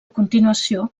continuació